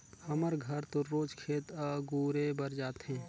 हमर घर तो रोज खेत अगुरे बर जाथे